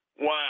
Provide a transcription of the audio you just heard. Wow